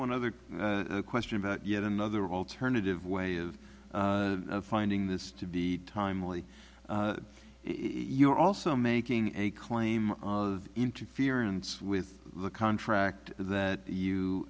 one other question about yet another alternative way of finding this to be timely you are also making a claim of interference with the contract that you